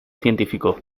científico